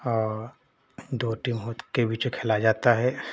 और दो टीम के बीच खेला जाता है